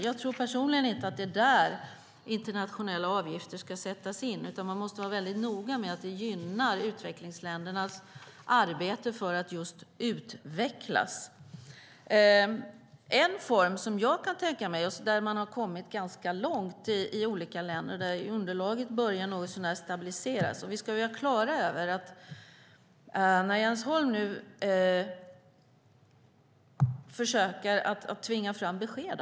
Jag tror personligen inte att det är där internationella avgifter ska sättas in, utan man måste vara noga med att det hela gynnar utvecklingsländernas arbete för att just utvecklas. Det finns en form som jag kan tänka mig, där man har kommit ganska långt i olika länder och där underlaget något så när börjar stabiliseras. Jens Holm försöker nu tvinga fram besked.